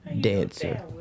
dancer